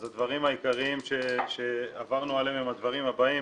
אז הדברים העיקריים שעברנו עליהם הם הדברים הבאים,